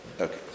Okay